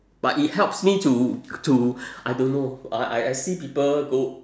but it helps me to to I don't know uh I see people go